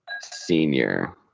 senior